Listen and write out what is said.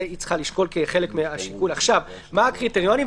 היא צריכה לשקול כחלק מהשיקול עכשיו מה הקריטריונים.